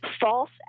false